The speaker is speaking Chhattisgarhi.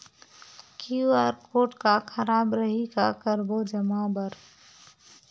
क्यू.आर कोड हा खराब रही का करबो जमा बर?